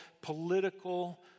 political